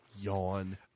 Yawn